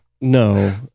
No